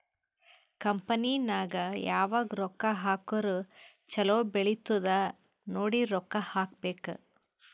company ನಾಗ್ ಯಾವಾಗ್ ರೊಕ್ಕಾ ಹಾಕುರ್ ಛಲೋ ಬೆಳಿತ್ತುದ್ ನೋಡಿ ರೊಕ್ಕಾ ಹಾಕಬೇಕ್